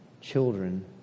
children